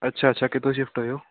ਅੱਛਾ ਅੱਛਾ ਕਿੱਥੋਂ ਸ਼ਿਫਟ ਹੋਏ ਹੋ